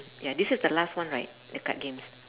ya this is the last one right the card games